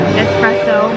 espresso